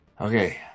Okay